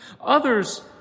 Others